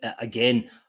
again